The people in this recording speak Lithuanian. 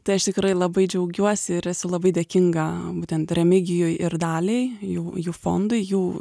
tai aš tikrai labai džiaugiuosi ir esu labai dėkinga būtent remigijui ir daliai jų jų fondui jų